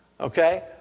Okay